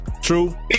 True